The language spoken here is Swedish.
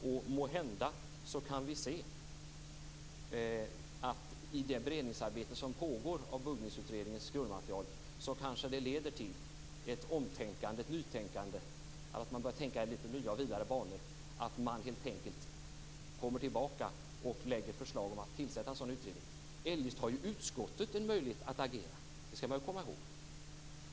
Och måhända kan vi se att det beredningsarbete som pågår när det gäller Buggningsutredningens grundmaterial leder till ett omtänkande, till ett nytänkande. Kanske börjar man tänka i nya och lite vidare banor och helt enkelt kommer tillbaka och lägger fram ett förslag om att tillsätta en sådan utredning - eljest har utskottet en möjlighet att agera; det skall man komma ihåg.